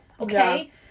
okay